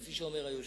כפי שאומר היושב-ראש,